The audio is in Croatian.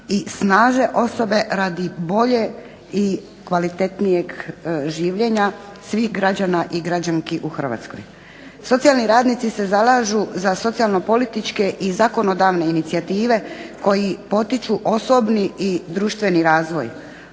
i snaže osobe radi boljeg i kvalitetnijeg življenja svih građana i građanki u Hrvatskoj. Socijalni radnici se zalažu za socijalno političke i zakonodavne inicijative koji potiču osobni i društveni razvoj,